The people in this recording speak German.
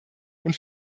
und